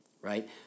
right